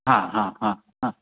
हा हा हा हा